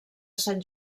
sant